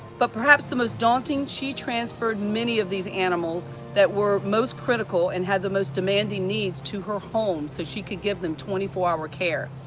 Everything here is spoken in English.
but perhaps the most daunting she transferred many of these animals that were most critical and had the most demanding needs to her home so she could give them twenty four hour care.